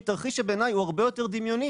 מתרחיש שבעיניי הוא הרבה יותר דמיוני